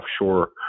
offshore